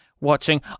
watching